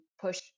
push